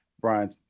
Brian